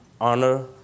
honor